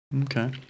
Okay